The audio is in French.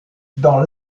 dans